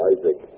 Isaac